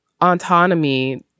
autonomy